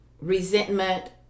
resentment